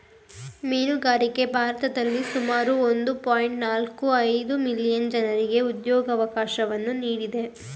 ಮೀನುಗಾರಿಕೆ ಭಾರತದಲ್ಲಿ ಸುಮಾರು ಒಂದು ಪಾಯಿಂಟ್ ನಾಲ್ಕು ಐದು ಮಿಲಿಯನ್ ಜನರಿಗೆ ಉದ್ಯೋಗವಕಾಶವನ್ನು ನೀಡಿದೆ